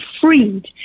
freed